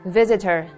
Visitor